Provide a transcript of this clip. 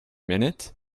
minute